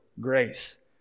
Grace